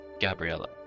Gabriella